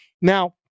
Now